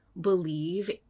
believe